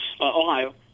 Ohio